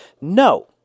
No